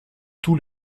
tous